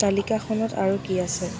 তালিকাখনত আৰু কি আছে